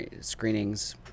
screenings